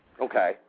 Okay